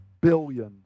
billions